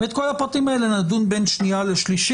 ועל כל הפרטים האלה נדון בין קריאה שנייה לשלישית.